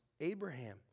Abraham